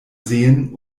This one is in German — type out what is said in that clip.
sehen